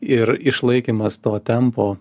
ir išlaikymas to tempo